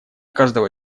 каждого